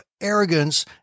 arrogance